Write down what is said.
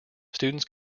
students